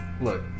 Look